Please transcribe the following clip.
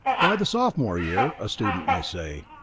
by the sophomore year, a student may say,